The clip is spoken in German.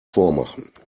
vormachen